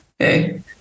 Okay